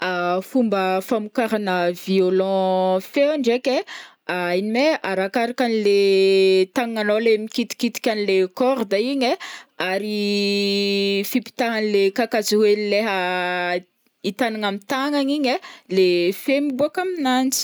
Fomba famokarana violon feo ndraiky ai ino ma e arakaraka an'le tagnagna alôha le mikitikitika an'le corde igny ai ary fipetahan'le kakazo hely leha itagnagna am' tagnagna igny ai le feo miboaka aminanjy.